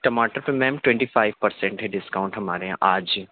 ٹماٹر پہ میم ٹوینٹی فائیو پرسینٹ ہے ڈسکاؤنٹ ہمارے یہاں آج